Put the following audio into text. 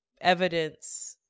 evidence